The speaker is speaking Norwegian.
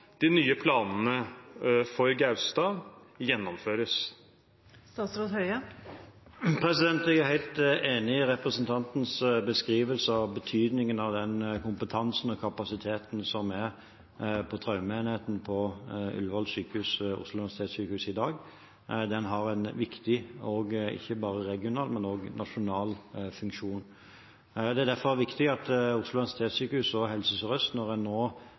de nye planene for Gaustad gjennomføres? Jeg er helt enig i representantens beskrivelse av betydningen av den kompetansen og kapasiteten som er i traumeenheten ved Oslo universitetssykehus, Ullevål, i dag. Den har en viktig – og ikke bare regional, men også nasjonal – funksjon. Det er derfor viktig at Oslo universitetssykehus og Helse Sør-Øst, når en nå